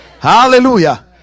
Hallelujah